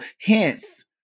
Hence